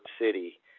city